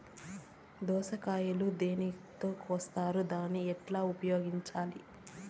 దోస కాయలు దేనితో కోస్తారు దాన్ని ఎట్లా ఉపయోగించాలి?